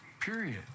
period